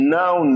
now